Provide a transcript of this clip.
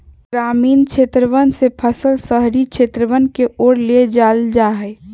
ग्रामीण क्षेत्रवन से फसल शहरी क्षेत्रवन के ओर ले जाल जाहई